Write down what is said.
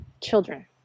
children